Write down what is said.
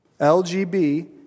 LGBT